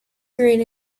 green